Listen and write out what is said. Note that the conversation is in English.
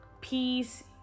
peace